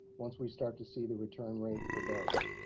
once we start to see the return rate for those.